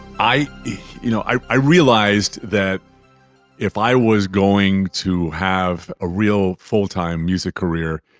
i you know, i i realized that if i was going to have a real full time music career,